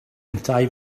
yntau